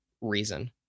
reason